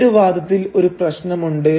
ഈയൊരു വാദത്തിൽ ഒരു പ്രശ്നമുണ്ട്